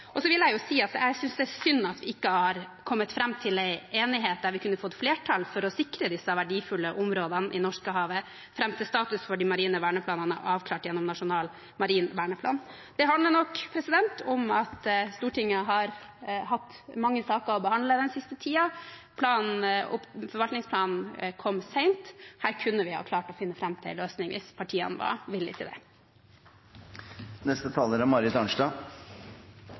synd at vi ikke har kommet fram til enighet der vi kunne fått flertall for å sikre disse verdifulle områdene i Norskehavet, fram til status for de marine verneplanene er avklart gjennom nasjonal marin verneplan. Det handler nok om at Stortinget har hatt mange saker å behandle den siste tiden. Forvaltningsplanen kom sent. Her kunne vi ha klart å finne fram til en løsning hvis partiene var villig til